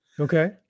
Okay